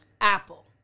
Apple